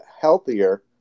healthier